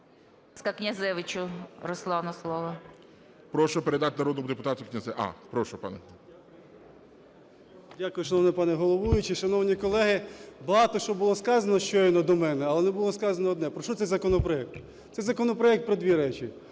Дякую, шановний пане головуючий. Шановні колеги, багато що було сказано щойно до мене, але не було сказано одне – про що цей законопроект. Цей законопроект про дві речі: